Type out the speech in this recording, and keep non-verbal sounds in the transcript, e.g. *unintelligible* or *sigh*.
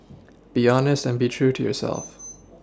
be honest and be true to yourself *unintelligible*